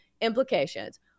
implications